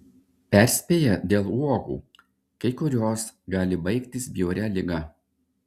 perspėja dėl uogų kai kurios gali baigtis bjauria liga